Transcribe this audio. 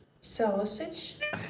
Sausage